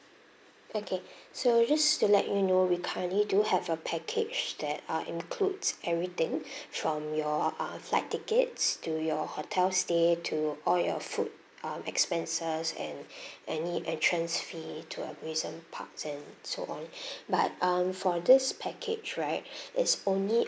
okay so just to let you know we kindly do have a package that are includes everything from your uh flight tickets to your hotel stay to all your food um expenses and any entrance fee to amusement parks and so on but um for this package right it's only